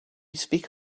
speak